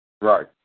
Right